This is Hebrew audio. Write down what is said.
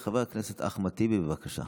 חבר הכנסת אחמד טיבי, בבקשה.